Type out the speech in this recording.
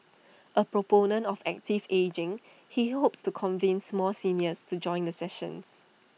A proponent of active ageing he hopes to convince more seniors to join the sessions